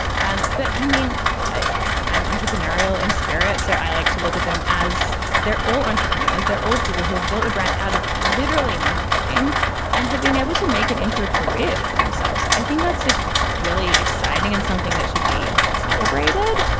and but i mean like i'm entrepreneurial in spirit. so i like to look at them as they're all entrepreneurs they're all people who have built a brand out of literally nothing and have been able to make it into a career for themselves so i think that's like really exciting and something that should be celebrated.